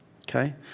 Okay